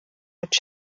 mit